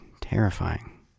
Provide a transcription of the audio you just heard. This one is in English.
terrifying